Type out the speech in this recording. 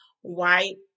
white